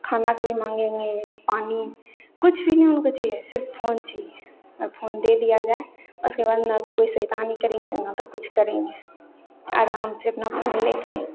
खाना कभी मांगेंगे नहीं पानी कुछ भी नहीं उनको चाहिए सिर्फ़ फौन चाहिए और फोन दे दिया जाए उसके बाद में ना तो कोई शैतानी करेंगे ना तो कुछ करेंगे आराम से अपना फोन लेके